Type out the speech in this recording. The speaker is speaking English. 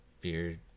beard